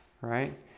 Right